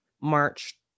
March